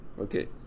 Okay